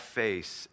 face